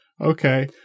Okay